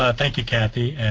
thank you kathy,